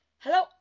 Hello